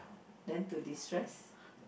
then to destress